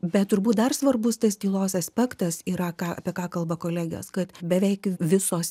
bet turbūt dar svarbus tas tylos aspektas yra ką apie ką kalba kolegės kad beveik visos